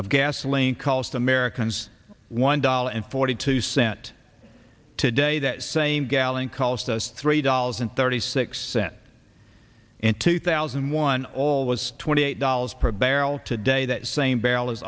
of gasoline cost americans one dollar and forty two cent today that same gallon cost us three dollars and thirty six cents in two thousand and one all was twenty eight dollars per barrel today that same barrel is